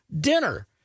dinner